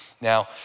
Now